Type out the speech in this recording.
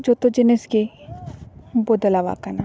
ᱡᱚᱛᱚ ᱡᱤᱱᱤᱥ ᱜᱮ ᱵᱚᱫᱟᱣᱟᱠᱟᱱᱟ